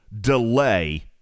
delay